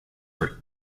for